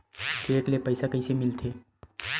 Cheque ले पईसा कइसे मिलथे?